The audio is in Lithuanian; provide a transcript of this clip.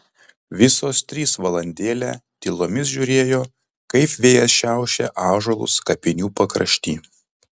visos trys valandėlę tylomis žiūrėjo kaip vėjas šiaušia ąžuolus kapinių pakrašty